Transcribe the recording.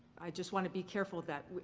just want to be careful of that.